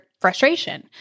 frustration